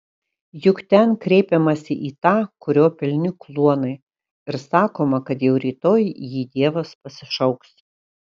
juk ten kreipiamasi į tą kurio pilni kluonai ir sakoma kad jau rytoj jį dievas pasišauks